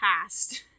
past